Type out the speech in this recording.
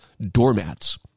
doormats